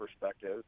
perspective